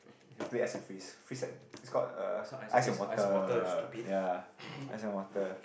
if you play ice and freeze freeze and it's called uh ice and water ya ice and water